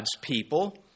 people